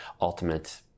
ultimate